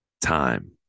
time